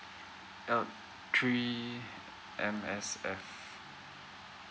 oh three M_S_F